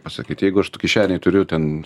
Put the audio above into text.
pasakyt jeigu aš tų kišenėj turiu ten